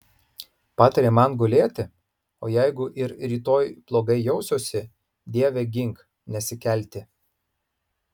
patarė man gulėti o jeigu ir rytoj blogai jausiuosi dieve gink nesikelti